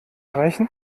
reichen